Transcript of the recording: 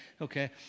okay